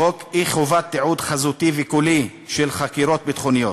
חוק אי-חובת תיעוד חזותי וקולי של חקירות ביטחוניות,